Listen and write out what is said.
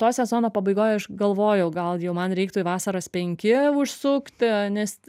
to sezono pabaigoj aš galvojau gal jau man reiktų į vasaros penki užsukti nes